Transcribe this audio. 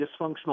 dysfunctional